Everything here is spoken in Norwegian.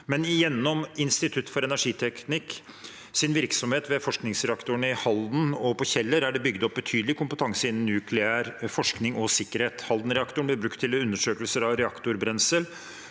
Men gjennom Institutt for energiteknikks virksomhet ved forskningsreaktoren i Halden og på Kjeller er det bygd opp betydelig kompetanse innen nukleær forskning og sikkerhet. Haldenreaktoren ble brukt til undersøkelser av reaktorbrensel